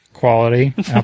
quality